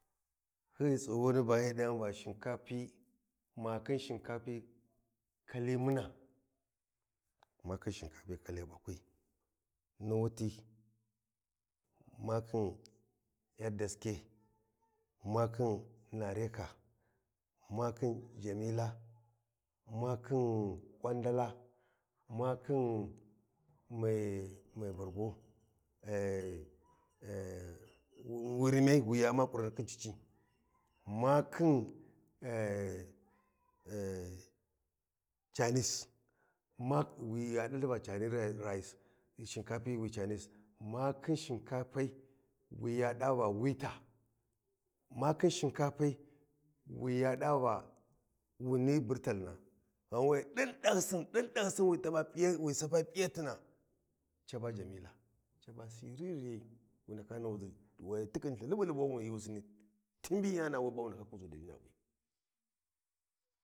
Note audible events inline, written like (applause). Hyi tsughumi a hyi ɗaya va shinkapi ma khin shinkapi kali muna ma khin shinkapi kali muna ma khin shinkapi kali ɓakwi ni wuti ma khin yar daske (noise) ma khin nareka ma khin Jamila, ma khin ƙwandala ma khin mai bargo (hesitation) (noise) rimys wi ya umma ƙurinni khin cici. Ma khin (hesitation) (noise) canis wi ya ɗalthi va ehanis raya shinkapi wi canis ma khin shinkapai wi ya ɗa va wita ma khin shinkapai wi ya ɗa va wun ni burtalina ghawe ɗin ɗahyisi ɗin ɗahyisi wi sapa P’iyatina ca ba Jamila caba siriryan wu ndaka nahuʒi wa tikhinltha ca ba Liɓuliɓi ghi wu kuʒi ti ɓiyana we ba wu ndaka kuʒu za.